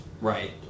right